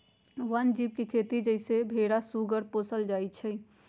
वन जीव के खेती जइसे भेरा सूगर पोशल जायल जाइ छइ